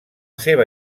seva